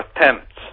attempts